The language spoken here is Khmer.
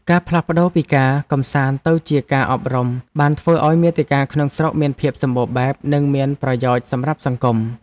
ការផ្លាស់ប្តូរពីការកម្សាន្តទៅជាការអប់រំបានធ្វើឱ្យមាតិកាក្នុងស្រុកមានភាពសម្បូរបែបនិងមានប្រយោជន៍សម្រាប់សង្គម។